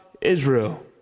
Israel